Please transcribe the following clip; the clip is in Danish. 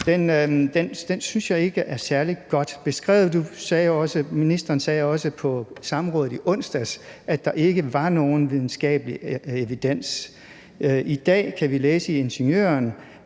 synes jeg ikke er særlig godt beskrevet. Ministeren sagde også på samrådet i onsdags, at der ikke var nogen videnskabelig evidens. I dag i Ingeniøren